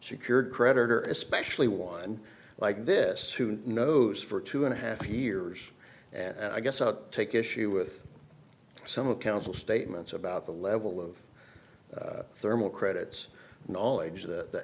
secured creditor especially one like this who knows for two and a half years and i guess i take issue with some of counsel statements about the level of thermal credit's knowledge that the